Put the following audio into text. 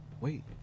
wait